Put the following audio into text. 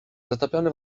zatopiony